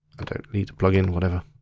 i don't need the plugin, whatever.